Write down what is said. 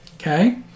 okay